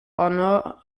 honour